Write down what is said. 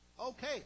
Okay